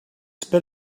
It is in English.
spit